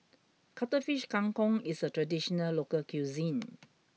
Cuttlefish Kang Kong is a traditional local cuisine